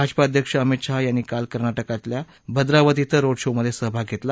भाजपा अध्यक्ष अमित शहा यांनी काल कर्नाटकच्या भद्रावती इथं रोड शोमध्ये सहभाग घेतला